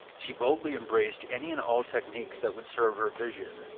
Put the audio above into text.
she boldly embraced any and all techniques that would serve her vision,